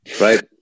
right